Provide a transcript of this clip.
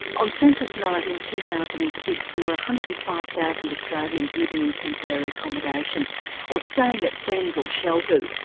on census night in two thousand and six there were one hundred and five thousand australians living in temporary accommodation or staying at friends or shelters,